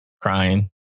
crying